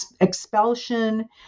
expulsion